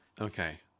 Okay